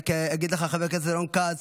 אני רק אגיד לך, חבר הכנסת רון כץ,